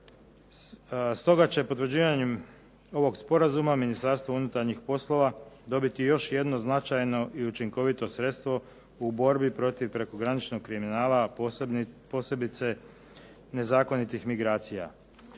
Stoga će potvrđivanjem ovog sporazuma Ministarstvo unutarnjih poslova dobiti još jedno značajno i učinkovito sredstvo u borbi protiv prekograničnog kriminala, a posebice nezakonitih migracija.